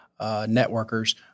networkers